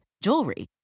jewelry